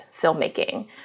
filmmaking